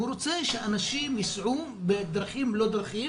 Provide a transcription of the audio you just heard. הוא רוצה שאנשים ייסעו בדרכים-לא-דרכים.